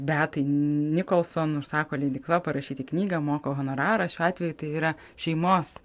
beatai nikolson užsako leidykla parašyti knygą moka honorarą šiuo atveju tai yra šeimos